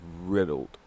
riddled